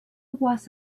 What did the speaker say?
was